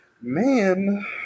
man